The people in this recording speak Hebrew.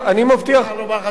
אני מוכרח לומר לך שהרעיון,